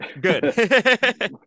good